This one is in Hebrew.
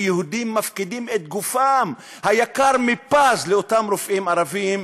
ויהודים מפקידים את גופם היקר מפז בידי אותם רופאים ערבים,